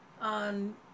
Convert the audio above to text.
on